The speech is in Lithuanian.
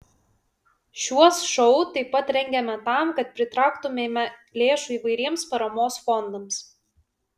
šiuos šou taip pat rengiame tam kad pritrauktumėme lėšų įvairiems paramos fondams